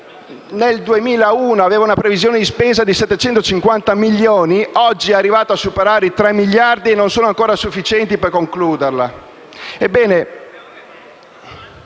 nel 2001 aveva una previsione di spesa di 750 milioni di euro e oggi è arrivata a superare i 3 miliardi di euro, che non sono ancora sufficienti per concluderla